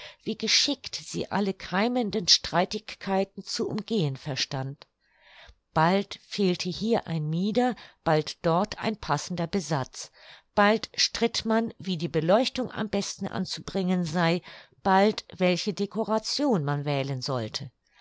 wie geschickt sie alle keimenden streitigkeiten zu umgehen verstand bald fehlte hier ein mieder bald dort passender besatz bald stritt man wie die beleuchtung am besten anzubringen sei bald welche decoration man wählen sollte